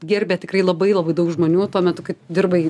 gerbė tikrai labai labai daug žmonių tuo metu kai dirbai